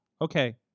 Okay